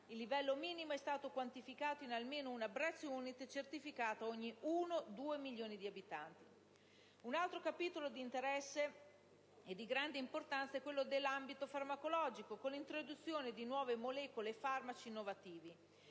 il livello minimo è stato quantificato in almeno una *Breast Unit* certificata ogni 1-2 milioni di abitanti. Un altro capitolo di interesse e di grande importanza è quello dell'ambito farmacologico, con l'introduzione di nuove molecole e farmaci innovativi.